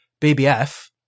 BBF